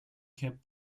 cap